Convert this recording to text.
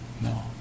no